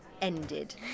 ended